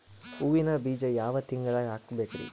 ಹೂವಿನ ಬೀಜ ಯಾವ ತಿಂಗಳ್ದಾಗ್ ಹಾಕ್ಬೇಕರಿ?